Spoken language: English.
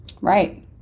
Right